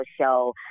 show